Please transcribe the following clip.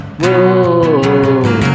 whoa